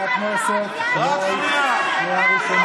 חבר הכנסת רול, קריאה ראשונה.